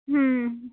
হুম